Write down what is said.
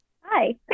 Hi